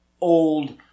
old